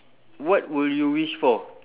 what will you wish for